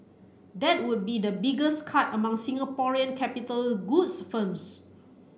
that would be the biggest cut among Singaporean capital goods firms